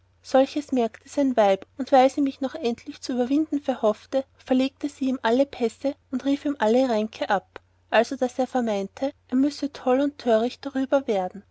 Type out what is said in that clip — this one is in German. solches merkete sein weib und weil sie mich noch endlich zu überwinden verhoffte verlegte sie ihm alle pässe und lief ihm alle ränke ab also daß er vermeinte er müsse toll und töricht darüber werden